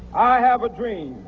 i have a dream